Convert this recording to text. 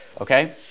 Okay